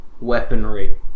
weaponry